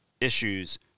issues